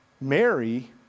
Mary